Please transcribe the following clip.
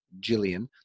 Jillian